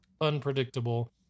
unpredictable